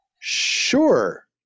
Sure